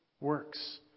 works